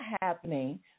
happening